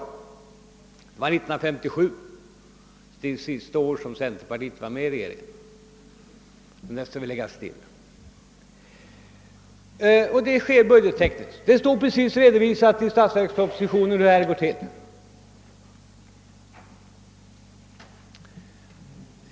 Det var 1957 — det sista år som bondeförbundet var med i regeringen. Detta sker budgettekniskt — i statsverkspropositionen redovisas precis hur detta går till.